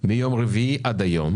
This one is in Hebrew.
מיום רביעי עד היום?